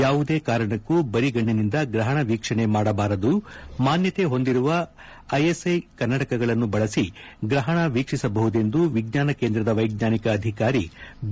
ಯಾವುದೇ ಕಾರಣಕ್ಕೂ ಬರಿಗಣ್ಣಿನಿಂದ ಗ್ರಹಣ ವೀಕ್ಷಣೆ ಮಾಡಬಾರದು ಮಾನ್ಯತೆ ಹೊಂದಿರುವ ಐಎಸ್ಒ ಕನ್ನಡಕಗಳನ್ನು ಬಳಸಿ ಗ್ರಹಣ ವೀಕ್ಷಿಸಬಹುದೆಂದು ವಿಜ್ಞಾನ ಕೇಂದ್ರದ ವೈಜ್ಞಾನಿಕ ಅಧಿಕಾರಿ ಬಿ